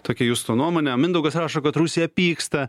tokia justo nuomonė mindaugas rašo kad rusija pyksta